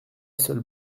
seule